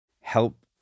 help